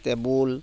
table